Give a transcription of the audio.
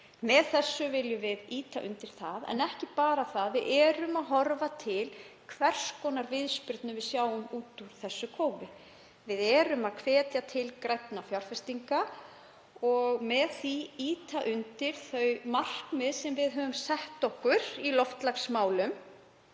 Með þessu viljum við ýta undir það, en ekki bara það, við horfum einnig til hvers konar viðspyrnu við sjáum út úr þessu kófi. Við erum að hvetja til grænna fjárfestinga og ýta með því undir þau markmið sem við höfum sett okkur í loftslagsmálum.